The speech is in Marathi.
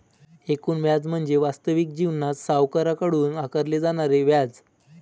एकूण व्याज म्हणजे वास्तविक जीवनात सावकाराकडून आकारले जाणारे व्याज